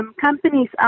companies